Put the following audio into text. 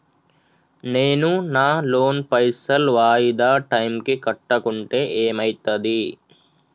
నేను నా లోన్ పైసల్ వాయిదా టైం కి కట్టకుంటే ఏమైతది?